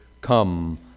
come